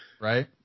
Right